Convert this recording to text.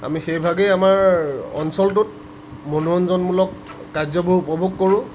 আমি সেইভাগেই আমাৰ অঞ্চলটোত মনোৰঞ্জনমূলক কাৰ্য্যবোৰ উপভোগ কৰোঁ